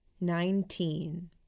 Nineteen